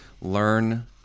learn